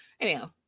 Anyhow